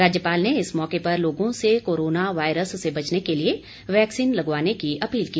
राज्यपाल ने इस मौके पर लोगों से कोरोना वायरस से बचने के लिए वैक्सीन लगवाने की अपील की